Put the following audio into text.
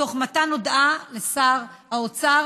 תוך מתן הודעה לשר האוצר